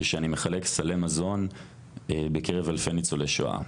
כשאני מחלק סלי מזון בקרב אלפי ניצולי שואה.